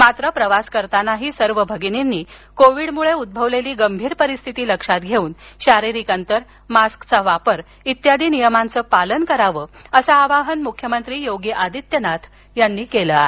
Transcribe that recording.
मात्र प्रवास करतानाही सर्व भगिनींनी कोविडमुळे उद्भवलेली गंभीर परिस्थिती लक्षात घेऊन शारीरिक आंतर मास्कचा वापर आदी नियमांचं पालन करावं असं आवाहन मुख्यमंत्री योगी आदित्यनाथ यांनी केलं आहे